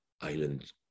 island